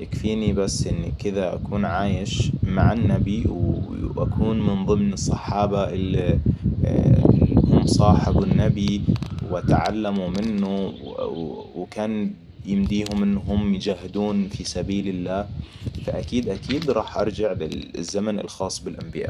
يكفيني بس إني كذا أكون عايش مع النبي وأكون من ضمن الصحابة اللي هم صاحبوا النبي وتعلموا منه وكان يمديهم إنهم يجاهدون في سبيل الله. فأكيد أكيد أكيد راح أرجع للزمن الخاص بالأنبياء